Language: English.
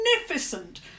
magnificent